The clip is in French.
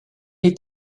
est